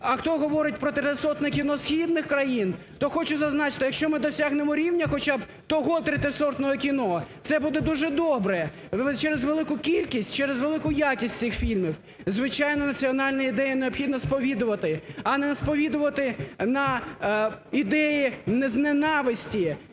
А хто говорить про третьосортне кіно східних країн, то хочу зазначити, якщо ми досягнемо рівня хоча б того третьосортного кіно це буде дуже добре, через велику кількість, через велику якість цих фільмів. Звичайно, національну ідею необхідно сповідувати, а не сповідувати на ідеї не з ненависті,